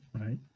Right